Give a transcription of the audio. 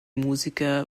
musiker